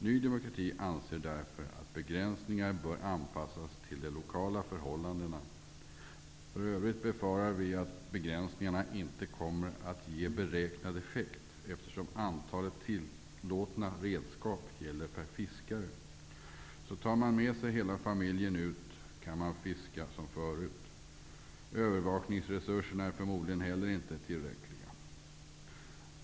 Ny demokrati anser att begränsningar bör anpassas till de lokala förhållandena. För övrigt befarar vi att begränsningarna inte kommer att ge beräknad effekt, eftersom antalet tillåtna redskap gäller per fiskare. Tar man med sig hela familjen ut kan man fiska som förut. Övervakningsresurserna är förmodligen inte heller tillräckliga.